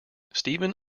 stephen